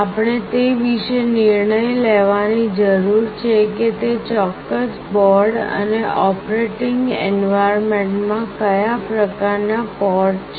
આપણે તે વિશે નિર્ણય લેવાની જરૂર છે કે તે ચોક્કસ બોર્ડ અને ઓપરેટિંગ એન્વાર્યમેન્ટ માં કયા પ્રકારનાં પોર્ટ છે